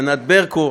ענת ברקו.